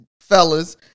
Fellas